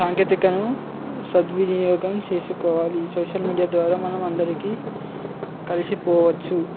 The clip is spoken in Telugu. సాంకేతికను సద్వినియోగం చేసుకోవాలి సోషల్ మీడియా ద్వారా మనం అందరికీ కలిసిపోవచ్చు